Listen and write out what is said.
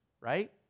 right